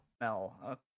Mel